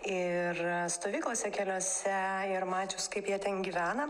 ir stovyklose keliose ir mačius kaip jie ten gyvena